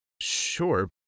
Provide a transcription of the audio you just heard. Sure